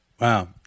Wow